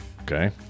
Okay